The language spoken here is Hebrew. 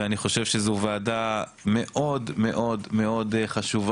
אני חושב שזאת ועדה מאוד מאוד חשובה